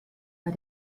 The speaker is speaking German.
war